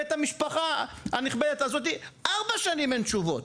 ואת המשפחה הנכבדת הזאת, שארבע שנים אין תשובות.